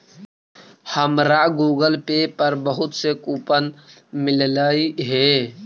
हमारा Google Pay पर बहुत से कूपन मिललई हे